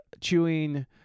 chewing